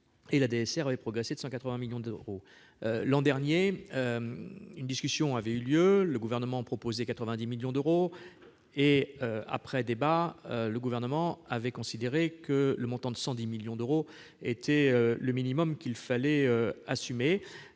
la DSR ont progressé de 180 millions d'euros. L'an dernier, une discussion a eu lieu : le Gouvernement a proposé 90 millions d'euros et, après débat, a considéré que le montant de 110 millions d'euros était le minimum qu'il fallait assumer,